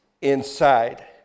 inside